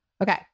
Okay